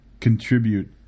contribute